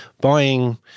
buying